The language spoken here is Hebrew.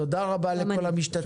תודה רבה לכל המשתתפים.